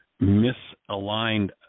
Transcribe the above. misaligned